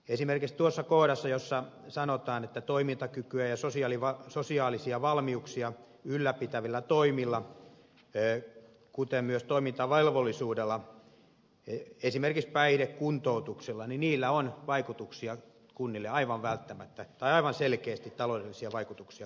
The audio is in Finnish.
esimerkiksi tuossa esityksessä sanotuilla toimintakykyä ja sosiaalisia valmiuksia ylläpitävillä toimilla kuten myös toimintavelvollisuudella esimerkiksi päihdekuntoutuksella on kunnille aivan selkeästi taloudellisia vaikutuksia